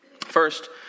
First